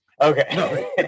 Okay